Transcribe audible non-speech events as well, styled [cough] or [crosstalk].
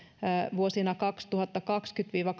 vuosina kaksituhattakaksikymmentä viiva [unintelligible]